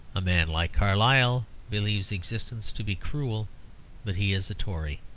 a man like carlyle believes existence to be cruel but he is a tory.